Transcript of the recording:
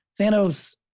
Thanos